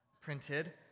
printed